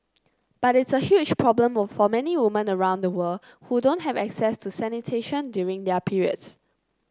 but it's a huge problem for many women around the world who don't have access to sanitation during their periods